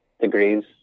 degrees